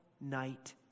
night